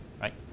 right